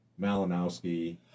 Malinowski